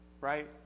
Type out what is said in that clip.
right